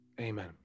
Amen